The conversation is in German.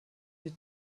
die